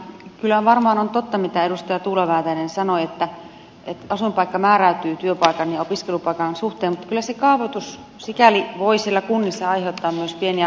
kyllä varmaan on totta mitä edustaja tuula väätäinen sanoi että asuinpaikka määräytyy työpaikan ja opiskelupaikan suhteen mutta kyllä se kaavoitus sikäli voi siellä kunnissa aiheuttaa myös pieniä harmaita hiuksia kaavamerkintöineen